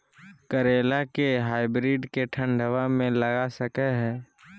करेला के हाइब्रिड के ठंडवा मे लगा सकय हैय?